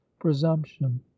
presumption